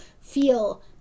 feel